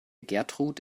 gertrud